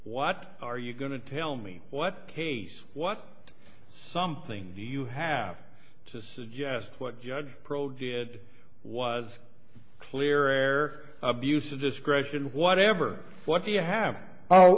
what are you going to tell me what case what something you have to suggest what judge pro did was clear air abuse of discretion whatever what do you have